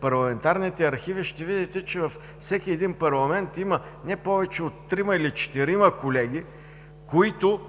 парламентарните архиви, ще видите, че във всеки един парламент има не повече от трима или четирима колеги, които